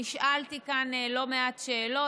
נשאלתי כאן לא מעט שאלות.